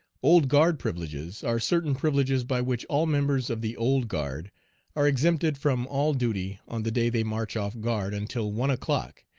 old guard privileges are certain privileges by which all members of the old guard are exempted from all duty on the day they march off guard until one o'clock,